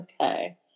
Okay